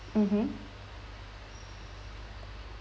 mmhmm